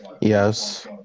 Yes